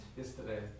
yesterday